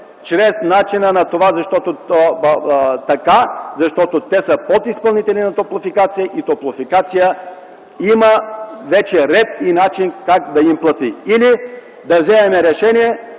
е определен така, защото те са подизпълнители на „Топлофикация” и „Топлофикация” има вече ред и начин как да им плати. Или да вземем решение